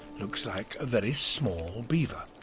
looks like a very small beaver.